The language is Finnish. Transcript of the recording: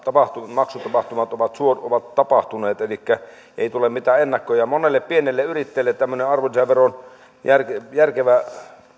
maksutapahtumat ovat tapahtuneet elikkä ei tule mitään ennakkoja monelle pienyrittäjälle tämmöinen arvonlisäveron järkevä järkevä